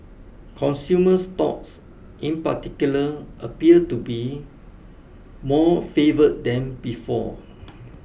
consumer stocks in particular appear to be more favoured than before